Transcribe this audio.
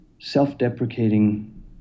self-deprecating